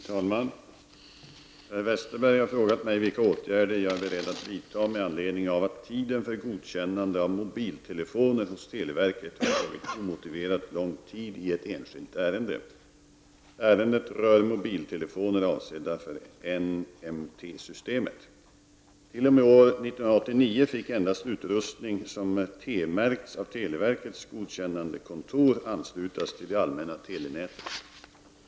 Herr talman! Per Westerberg har frågat mig vilka åtgärder jag är beredd att vidta med anledning av att tiden för godkännande av mobiltelefoner hos televerket har tagit omotiverat lång tid i ett enskilt ärende. Ärendet rör mobiltelefoner avsedda för NMT-systemet. 1 T.o.m. år 1989 fick endast sådan utrustning som T-märkts av televerkets godkännandekontor anslutas till det allmänna telenätet.